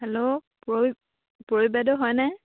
hello পূৰ পূৰবী বাইদেউ হয়নে